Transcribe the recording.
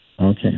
Okay